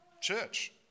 Church